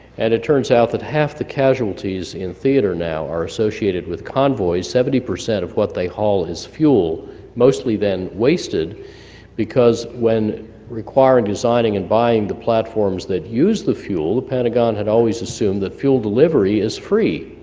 and it turns out that half the casualties in theater now are associated with convoys. seventy percent of what they haul is fuel mostly than wasted because when requiring, designing, and buying the platforms that use the fuel the pentagon had always assumed that fuel delivery is free,